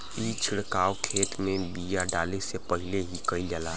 ई छिड़काव खेत में बिया डाले से पहिले ही कईल जाला